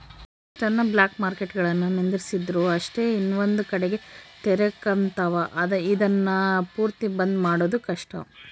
ಎಷ್ಟನ ಬ್ಲಾಕ್ಮಾರ್ಕೆಟ್ಗುಳುನ್ನ ನಿಂದಿರ್ಸಿದ್ರು ಅಷ್ಟೇ ಇನವಂದ್ ಕಡಿಗೆ ತೆರಕಂಬ್ತಾವ, ಇದುನ್ನ ಪೂರ್ತಿ ಬಂದ್ ಮಾಡೋದು ಕಷ್ಟ